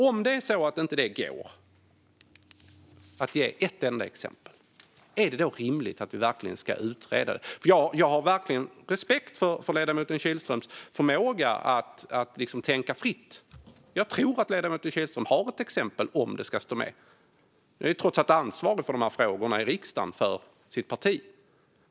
Om det inte går att ge ett enda exempel, är det då verkligen rimligt att utreda det? Jag har verkligen respekt för ledamoten Kihlströms förmåga att tänka fritt. Jag tror att ledamoten Kihlström har ett exempel om det ska stå med. Han är ju trots allt sitt partis ansvarige i riksdagen för de här frågorna.